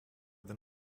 than